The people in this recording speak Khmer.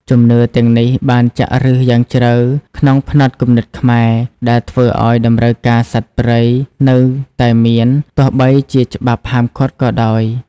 ជំនឿទាំងនេះបានចាក់ឫសយ៉ាងជ្រៅក្នុងផ្នត់គំនិតខ្មែរ ដែលធ្វើឱ្យតម្រូវការសត្វព្រៃនៅតែមាន ទោះបីជាច្បាប់ហាមឃាត់ក៏ដោយ។